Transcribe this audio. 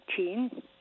18